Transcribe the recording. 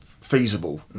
feasible